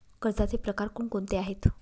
कर्जाचे प्रकार कोणकोणते आहेत?